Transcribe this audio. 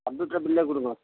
computer பில்லே கொடுங்க